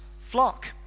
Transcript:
flock